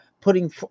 putting